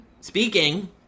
speaking